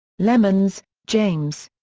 lemonds, james.